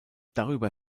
darüber